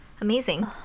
amazing